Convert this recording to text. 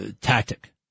tactic